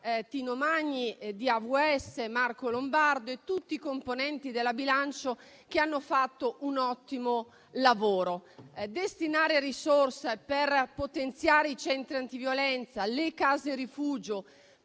Tino Magni del Gruppo AVS, Marco Lombardo e tutti i componenti della Commissione che hanno fatto un ottimo lavoro. Destinare risorse per potenziare i centri antiviolenza e le case rifugio,